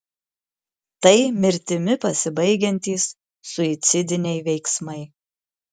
tai mirtimi pasibaigiantys suicidiniai veiksmai